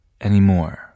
anymore